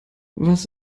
was